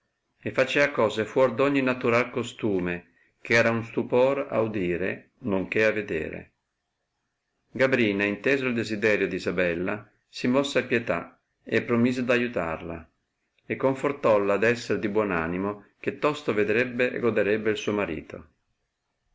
e facea cose fuor d ogni naturai costume eh era un stupor ad udire non che a vedere gabrina inteso il desiderio d isabella si mosse a pietà e promise d aiutarla e confortoua ad esser di buon animo che tosto vedrebbe e goderebbe il suo marito